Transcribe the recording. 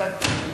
עם זה.